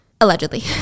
Allegedly